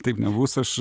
taip nebus aš